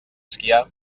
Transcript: esquiar